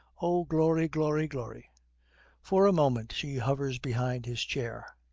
oh, glory, glory, glory for a moment she hovers behind his chair.